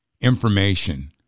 information